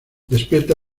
despierta